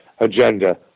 agenda